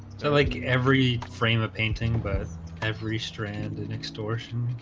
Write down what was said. so like every frame of painting but every strand and extortion